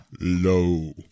Low